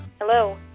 Hello